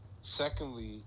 Secondly